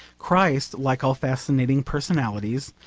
christ, like all fascinating personalities,